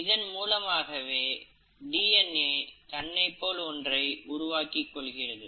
இதன் மூலமாகவே டிஎன்ஏ தன்னைப் போல் ஒன்றை உருவாக்கிக் கொள்கிறது